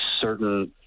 certain